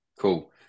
cool